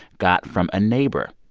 got from a neighbor.